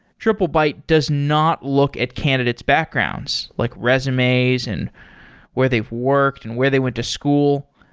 triplebyte does not look at candidate's backgrounds, like resumes and where they've worked and where they went to school.